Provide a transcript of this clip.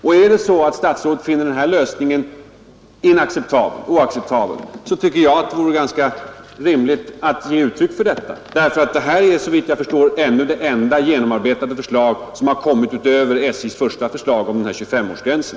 Finner statsrådet den här lösningen oacceptabel, då är det väl ganska rimligt att ge uttryck för det, ty detta är såvitt jag förstår det enda genomarbetade förslag som kommit utöver SJ:s första förslag om 25-årsgränsen.